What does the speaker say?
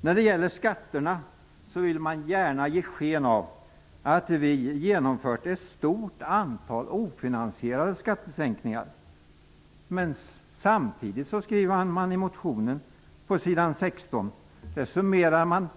När det gäller skatterna vill man gärna ge sken av att vi genomfört ett stort antal ofinansierade skattesänkningar. Men samtidigt summerar man på s. 16 i motionen